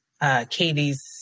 Katie's